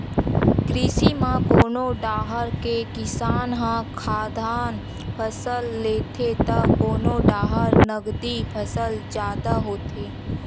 कृषि म कोनो डाहर के किसान ह खाद्यान फसल लेथे त कोनो डाहर नगदी फसल जादा होथे